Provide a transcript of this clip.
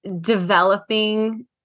developing